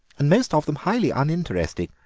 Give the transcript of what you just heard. and most of them highly uninteresting.